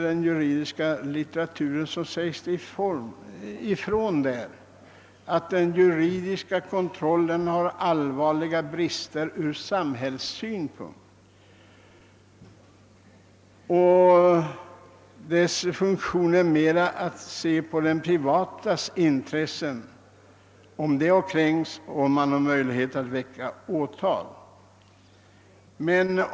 I den juridiska litteraturen sägs det ifrån att den juridiska kontrollen har allvarliga brister från samhällets synpunkt; dess funktion är mer att granska om privata intressen har kränkts och om man har möjlighet att väcka åtal.